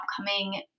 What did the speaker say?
upcoming